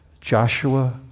Joshua